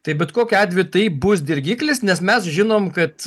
tai bet kokiu atveju tai bus dirgiklis nes mes žinom kad